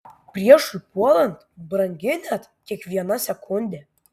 priešui puolant brangi net kiekviena sekundė